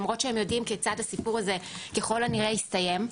למרות שהם יודעים כיצד הסיפור הזה ככל הנראה יסתיים,